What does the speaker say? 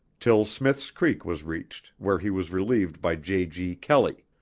till smith's creek was reached where he was relieved by j. g. kelley.